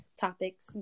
topics